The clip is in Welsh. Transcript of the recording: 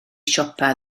siopa